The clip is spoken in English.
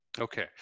Okay